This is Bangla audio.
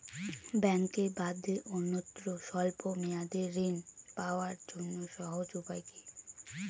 ব্যাঙ্কে বাদে অন্যত্র স্বল্প মেয়াদি ঋণ পাওয়ার জন্য সহজ উপায় কি?